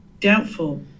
doubtful